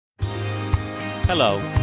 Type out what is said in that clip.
Hello